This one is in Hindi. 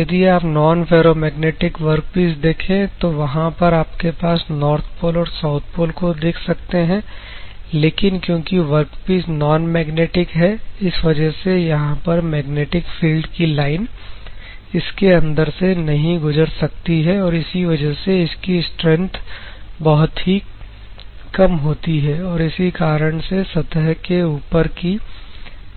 तो यदि आप नॉन फेरोमैग्नेटिक वर्कपीस देखे तो वहां पर आपके पास नॉर्थ पोल और साउथ पोल को देख सकते हैं लेकिन क्योंकि वर्कपीस नॉनमैग्नेटिक है इस वजह से यहां पर मैग्नेटिक फील्ड की लाइन इसके अंदर से नहीं गुजर सकती और इसी वजह से इसकी स्ट्रैंथ बहुत ही कम होती है और इसी कारण से सतह के ऊपर की